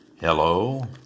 Hello